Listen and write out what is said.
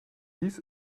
dies